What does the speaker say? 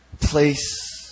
place